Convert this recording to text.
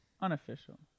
Unofficial